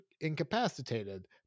incapacitated